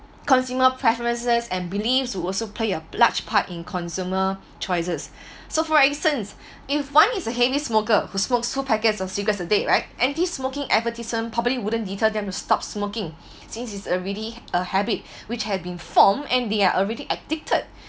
consumer preferences and beliefs will also play a large part in consumer choices so for instance if one is a heavy smoker who smokes full packets of cigarettes a day right anti-smoking advertisement probably wouldn't deter them to stop smoking since it's already a habit which had been formed and they are already addicted